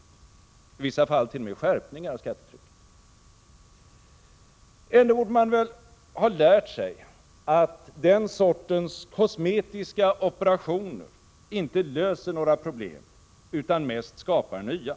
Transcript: I vissa fall gäller det t.o.m. skärpningar av skattetrycket. Ändå borde man väl ha lärt sig att den sortens kosmetiska operationer inte löser några problem utan mest skapar nya.